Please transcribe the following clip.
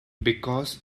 because